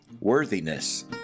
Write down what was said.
worthiness